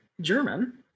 German